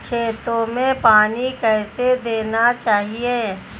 खेतों में पानी कैसे देना चाहिए?